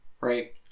right